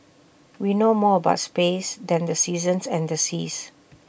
we know more about space than the seasons and the seas